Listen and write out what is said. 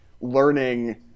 learning